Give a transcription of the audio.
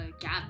Gap